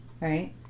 right